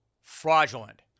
Fraudulent